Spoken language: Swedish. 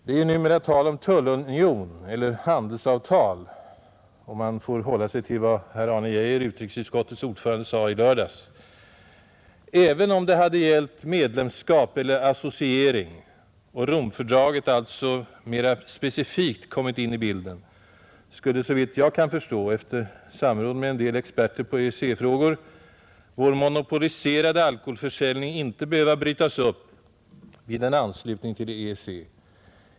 Det är numera tal om tullunion eller handelsavtal, om man får hålla sig till vad herr Arne Geijer, utrikesutskottets ordförande, sade i lördags. Även om det hade gällt medlemskap eller associering och Romfördraget alltså mera specifikt hade kommit in i bilden, skulle såvitt jag kan förstå — efter samråd med en del experter på EEC-frågor — vår monopoliserade alkoholförsäljning inte behöva brytas upp vid en anslutning till EEC.